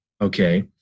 Okay